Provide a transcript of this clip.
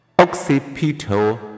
occipital